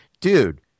dude